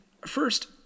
first